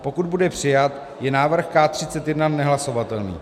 pokud bude přijat, je návrh K31 nehlasovatelný.